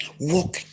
walk